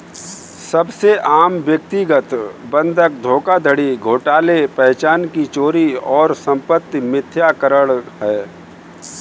सबसे आम व्यक्तिगत बंधक धोखाधड़ी घोटाले पहचान की चोरी और संपत्ति मिथ्याकरण है